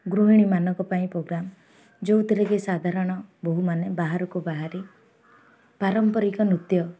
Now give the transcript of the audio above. ଗୃହିଣୀମାନଙ୍କ ପାଇଁ ପ୍ରୋଗ୍ରାମ୍ ଯେଉଁଥିରେକି ସାଧାରଣ ବୋହୁମାନେ ବାହାରକୁ ବାହାରେ ପାରମ୍ପରିକ ନୃତ୍ୟ